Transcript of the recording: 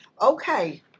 okay